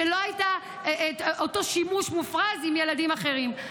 כשלא היה אותו שימוש מופרז עם ילדים אחרים.